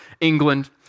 England